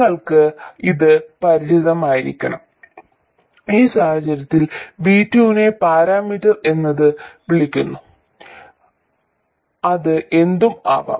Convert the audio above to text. നിങ്ങൾക്ക് ഇത് പരിചിതമായിരിക്കണം ഈ സാഹചര്യത്തിൽ V2 നെ പാരാമീറ്റർ എന്ന് വിളിക്കുന്നു അത് എന്തും ആകാം